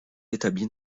établie